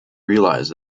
realise